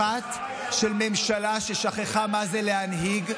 אחת של ממשלה ששכחה מה זה להנהיג,